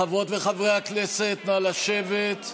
חברות וחברי הכנסת, נא לשבת.